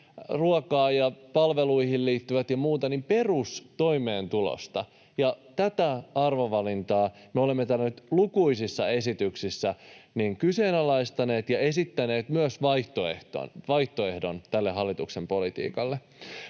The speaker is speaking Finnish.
ruokaan ja palveluihin liittyvät ja muuta, eli perustoimeentulosta. Tätä arvovalintaa me olemme täällä nyt lukuisissa esityksissä kyseenalaistaneet ja esittäneet myös vaihtoehdon tälle hallituksen politiikalle.